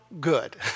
good